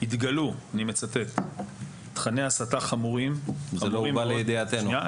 ושהתגלו תכני הסתה חמורים --- זה לא הובא לידיעתנו.